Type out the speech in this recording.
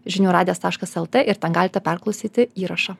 žinių radijas taškas lt ir ten galite perklausyti įrašą